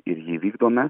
ir jį vykdome